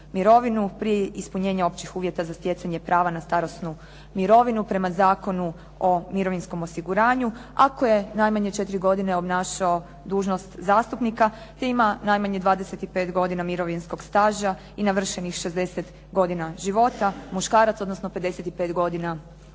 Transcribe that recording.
prije ispunjenja općih uvjeta za stjecanje prava na starosnu mirovinu prema Zakonu o mirovinskom osiguranju, ako je najmanje 4 godine obnašao dužnost zastupnika, te ima najmanje 25 godina mirovinskog staža i navršenih 60 godina života, muškarac, odnosno 55 godina žena.